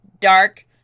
dark